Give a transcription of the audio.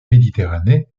méditerranée